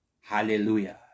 Hallelujah